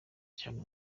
cyane